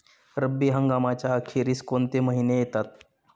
रब्बी हंगामाच्या अखेरीस कोणते महिने येतात?